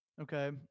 Okay